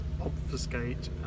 obfuscate